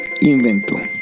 Invento